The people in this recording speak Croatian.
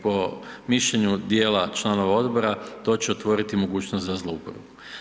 Po mišljenju djela članova odbora, to će otvoriti mogućnost za zlouporabu.